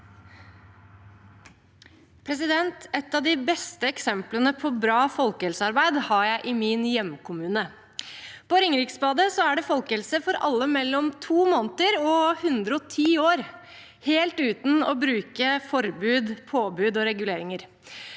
Et av de beste eks- emplene på bra folkehelsearbeid har jeg fra min hjemkommune. På Ringeriksbadet er det folkehelse for alle mellom to måneder og 110 år, helt uten å bruke forbud, påbud og reguleringer.